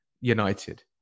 United